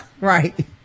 Right